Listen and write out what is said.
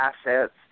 assets